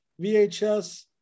VHS